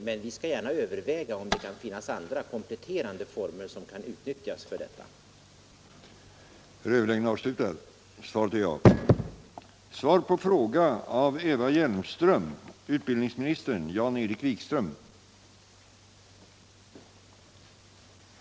Men vi skall gärna överväga om det kan finnas andra kompletterande former som kan utnyttjas för detta ändamål.